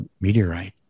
meteorite